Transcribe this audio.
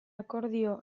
akordio